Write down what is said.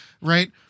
right